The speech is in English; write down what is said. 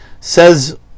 Says